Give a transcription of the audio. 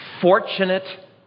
fortunate